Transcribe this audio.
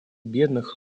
бедных